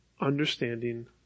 understanding